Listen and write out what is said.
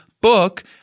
book